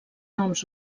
noms